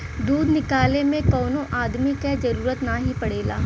दूध निकाले में कौनो अदमी क जरूरत नाही पड़ेला